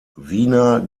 wiener